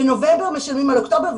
בנובמבר משלמים על אוקטובר,